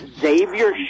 Xavier